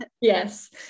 Yes